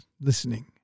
listening